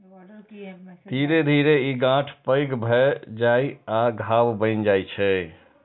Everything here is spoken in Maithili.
धीरे धीरे ई गांठ पैघ भए जाइ आ घाव बनि जाइ छै